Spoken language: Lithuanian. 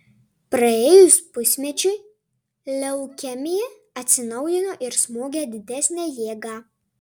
praėjus pusmečiui leukemija atsinaujino ir smogė didesne jėga